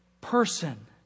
person